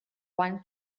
one